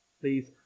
Please